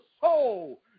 soul